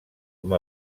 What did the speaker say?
com